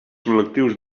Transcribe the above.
col·lectius